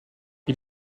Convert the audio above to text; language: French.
est